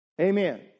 Amen